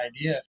idea